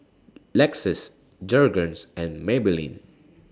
Lexus Jergens and Maybelline